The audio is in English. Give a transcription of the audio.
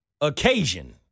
occasion